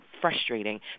frustrating